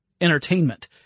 entertainment